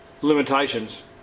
limitations